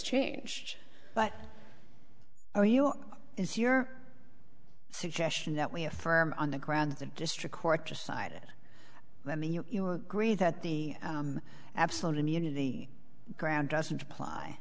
change but are you is your suggestion that we affirm on the grounds of district court decided that mean you agree that the absolute immunity ground doesn't apply